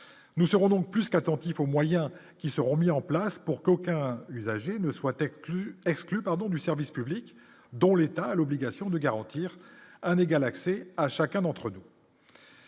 nous serons donc plus qu'attentif aux moyens qui seront mis en place pour qu'aucun usager ne soit exclu exclu, pardon, du service public dont l'État a l'obligation de garantir un égal accès à chacun d'entre nous.